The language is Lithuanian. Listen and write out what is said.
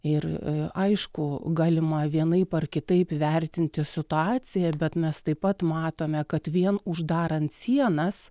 ir aišku galima vienaip ar kitaip vertinti situaciją bet mes taip pat matome kad vien uždarant sienas